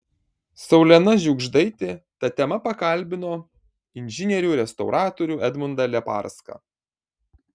saulena žiugždaitė ta tema pakalbino inžinierių restauratorių edmundą leparską